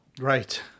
Right